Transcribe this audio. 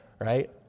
right